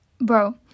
Bro